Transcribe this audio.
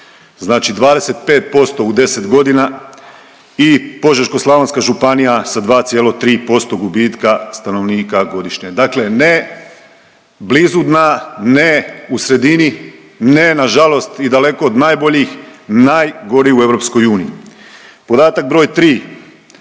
znači 25% u 10.g. i Požeško-slavonska županija sa 2,3% gubitka stanovnika godišnje. Dakle, ne blizu dna, ne u sredini, ne nažalost i daleko od najboljih, najgori u EU. Podatak br. 3.,